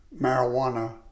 marijuana